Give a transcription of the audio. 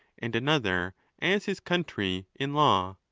and another as his country in law.